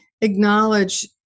acknowledge